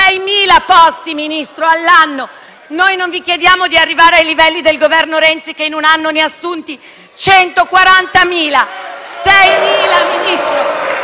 6.000 posti all'anno. Non vi chiediamo di arrivare ai livelli del Governo Renzi, che in un anno ne ha assunti 140.000. *(Applausi